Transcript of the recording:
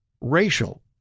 racial